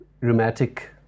rheumatic